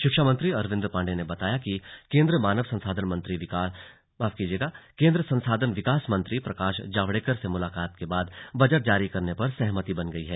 शिक्षा मंत्री अरविन्द पाण्डेय ने बताया कि केंद्रीय मानव संसाधन विकास मंत्री प्रकाश जावड़ेकर से मुलाकात के बाद बजट जारी करने पर सहमति बन गयी है